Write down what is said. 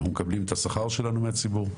אנחנו מקבלים את השכר שלנו מהציבור.